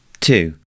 Two